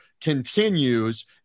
continues